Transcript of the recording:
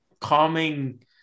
calming